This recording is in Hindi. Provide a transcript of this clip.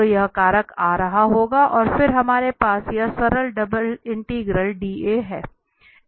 तो वह कारक आ रहा होगा और फिर हमारे पास एक सरल डबल इंटीग्रल dA है